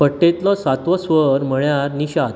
पट्टेंतलो सातवो स्वर म्हळ्यार निषाद